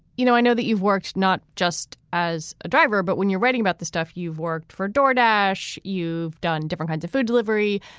you know i know that you've worked not just as a driver but when you're writing about the stuff you've worked for door dash you've done different kinds of food delivery.